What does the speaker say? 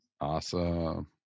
Awesome